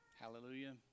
Hallelujah